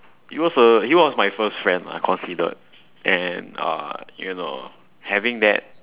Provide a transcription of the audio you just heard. he was a he was my first friend lah considered and uh you know having that